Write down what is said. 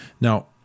Now